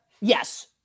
yes